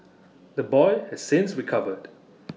the boy has since recovered